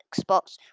xbox